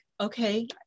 okay